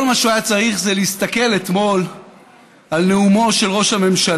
כל מה שהוא היה צריך זה להסתכל אתמול על נאומו של ראש הממשלה,